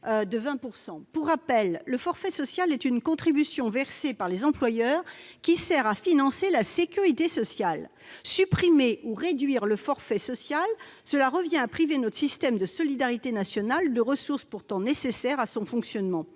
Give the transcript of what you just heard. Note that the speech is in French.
Pour rappel, le forfait social est une contribution versée par les employeurs qui sert à financer la sécurité sociale. Supprimer ou réduire le taux du forfait social revient à priver notre système de solidarité nationale de ressources pourtant nécessaires à son fonctionnement.